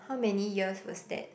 how many years was that